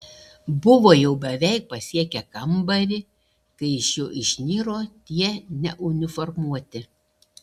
buvo jau beveik pasiekę kambarį kai iš jo išniro tie neuniformuoti